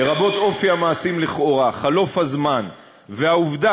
לרבות אופי המעשים לכאורה, חלוף הזמן והעובדה